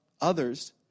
others